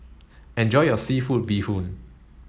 enjoy your seafood bee hoon